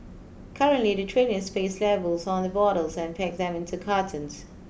currently the trainees paste labels on the bottles and pack them into cartons